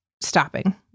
stopping